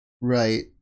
Right